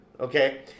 Okay